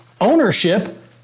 ownership